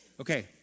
Okay